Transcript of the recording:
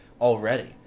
already